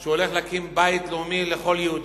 שהוא הולך להקים בית לאומי לכל יהודי,